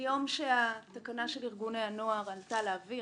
מיום שתקנת ארגוני הנוער עלתה לאוויר